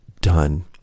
done